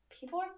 people